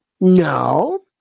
No